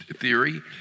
theory